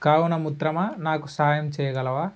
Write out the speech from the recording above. కావున మిత్రమా నాకు సాహాయం చేయగలవా